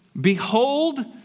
Behold